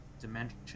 dimension